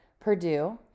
Purdue